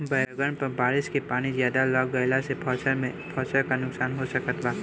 बैंगन पर बारिश के पानी ज्यादा लग गईला से फसल में का नुकसान हो सकत बा?